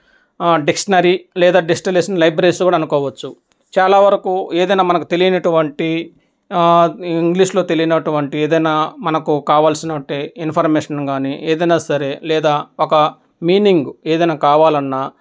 dictionary లేదా digitalisation libraries కూడా అనుకోవచ్చు చాలా వరకు ఏదైనా మనకు తెలియనటువంటి ఇంగ్లీష్లో తెలియనటువంటి ఏదైనా మనకు కావాల్సినట్టి ఇన్ఫర్మేషన్ కానీ ఏదైనా సరే లేదా ఒక మీనింగ్ ఏదైనా కావాలన్నా